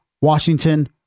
Washington